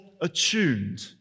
attuned